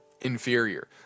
inferior